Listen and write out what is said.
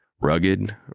Rugged